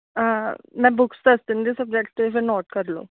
ਮੈਂ ਬੁੱਕਸ ਦੱਸ ਦਿੰਦੀ ਸਬਜੈਕਟਸ ਤੁਸੀਂ ਫੇਰ ਨੋਟ ਕਰ ਲਓ